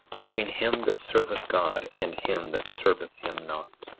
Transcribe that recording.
between him that serveth god and him that serveth him not.